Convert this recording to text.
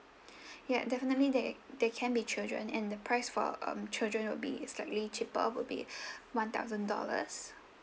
ya definitely there there can be children and the price for um children will be slightly cheaper would be one thousand dollars